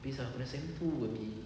plus sem two would be